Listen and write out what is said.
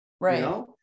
Right